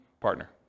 partner